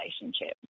relationship